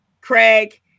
Craig